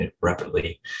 rapidly